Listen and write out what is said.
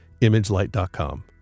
imagelight.com